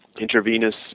intravenous